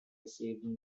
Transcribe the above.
received